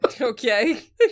Okay